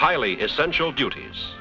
highly essential duties